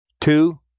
Two